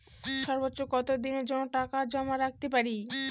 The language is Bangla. সর্বোচ্চ কত দিনের জন্য টাকা জমা রাখতে পারি?